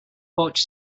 porch